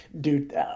Dude